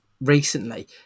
recently